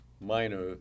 minor